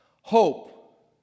Hope